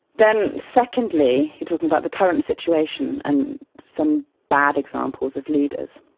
then secondly, you're talking about the current situation and some bad examples of leaders.